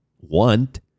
want